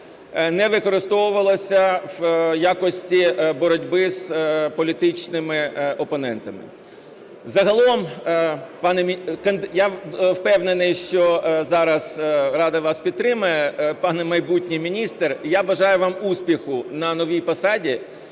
не використовувалося в якості боротьби з політичними опонентами. Загалом пане… я впевнений, що зараз Рада вас підтримає, пане майбутній міністре, я бажаю вам успіху на новій посаді.